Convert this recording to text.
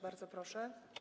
Bardzo proszę.